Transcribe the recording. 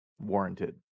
warranted